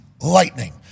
lightning